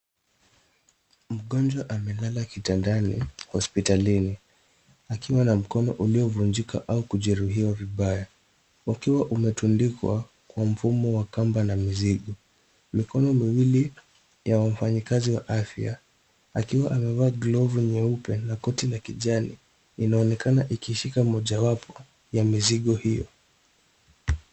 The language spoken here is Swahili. Mgonjwa amelala kitandani hospitalini akiwa na mkono uliovunjika au kujeruhiwa vibaya ukiwa umetundikwa kwa mfumo wa kamba na mizigo. Mikono miwili ya wafanyikazi wa afya akiwa amevaa glovu nyeupe, na koti la kijani inaonekana ikishika Moja wapo ya mizigo hiyo.